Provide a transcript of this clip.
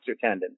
tendon